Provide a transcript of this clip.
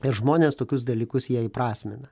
nes žmonės tokius dalykus jie įprasmina